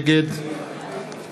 נגד